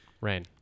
rain